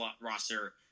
roster